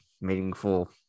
meaningful